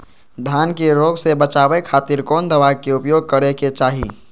धान के रोग से बचावे खातिर कौन दवा के उपयोग करें कि चाहे?